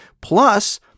plus